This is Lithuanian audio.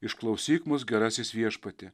išklausyk mus gerasis viešpatie